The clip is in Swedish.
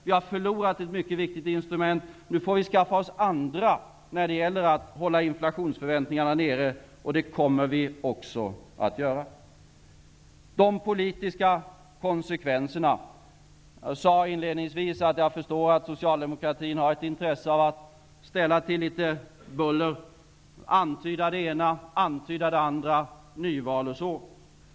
Vi har förlorat ett mycket viktigt instrument, nu får vi skaffa oss andra instrument för att hålla inflationsförväntningarna nere. Och det kommer vi också att göra. Så till de politiska konsekvenserna. Inledningsvis sade jag att jag förstår att socialdemokratin har ett intresse av att ställa till litet buller genom att antyda än det ena än det andra, exempelvis nyval.